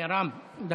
רם, דקה.